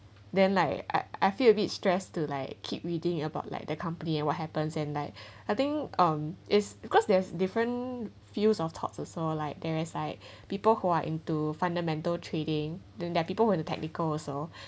then like I I feel a bit stress to like keep reading about like the company and what happens and like I think um is because there's different fields of thoughts also like there's like people who are into fundamental trading during there're people with the technical also